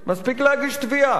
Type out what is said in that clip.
מספיק להגיש תביעה,